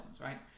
right